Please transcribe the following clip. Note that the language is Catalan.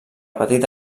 petita